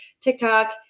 TikTok